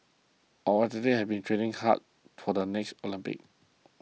our athletes have been training hard for the next Olympics